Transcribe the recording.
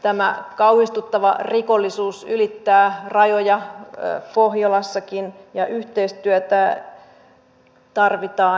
tämä kauhistuttava rikollisuus ylittää rajoja pohjolassakin ja yhteistyötä tarvitaan